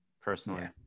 personally